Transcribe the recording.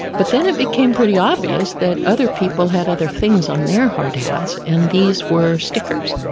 but then it became pretty obvious that other people had other things on their hard hats and these were stickers